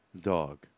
dog